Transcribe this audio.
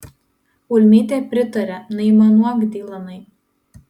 ulmytė pritarė neaimanuok dylanai